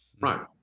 Right